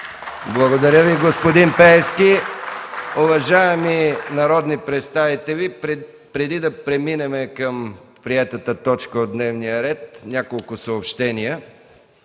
Благодаря Ви, господин Пеевски. Уважаеми народни представители, преди да преминем към приетата точка от дневния ред, няколко съобщения.